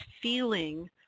feeling